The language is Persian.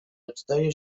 ابتدای